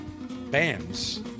bands